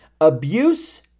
abuse